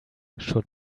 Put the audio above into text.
should